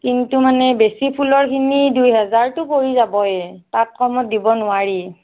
কিন্তু মানে বেছি ফুলৰখিনি দুই হেজাৰতো পৰি যাবয়ে তাত কমত দিব নোৱাৰি